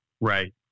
Right